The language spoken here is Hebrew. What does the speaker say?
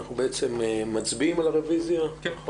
אנחנו מצביעים על הרוויזיה, נכון,